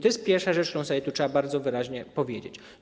To jest pierwsza rzecz, którą sobie trzeba bardzo wyraźnie powiedzieć.